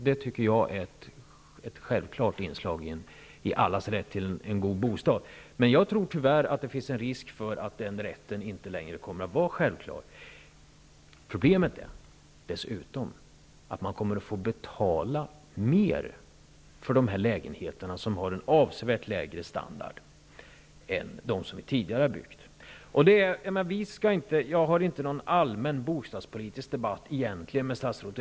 Det tycker jag är ett självklart inslag i allas rätt till en god bostad. Jag tror tyvärr att det finns en risk för att den rätten inte längre kommer att vara självklar. Problemet är att man dessutom kommer att få betala mer för dessa lägenheter som har en avsevärt lägre standard än de som tidigare byggts. Jag för egentligen inte någon allmän bostadspolitisk debatt med statsrådet.